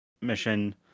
mission